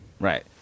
Right